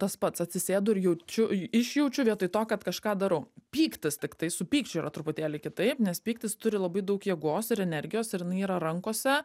tas pats atsisėdu ir jaučiu išjaučiu vietoj to kad kažką darau pyktis tiktai su pykčiu yra truputėlį kitaip nes pyktis turi labai daug jėgos ir energijos ir jinai yra rankose